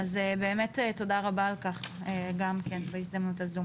אז באמת תודה רבה על כך, גם כן בהזדמנות הזו.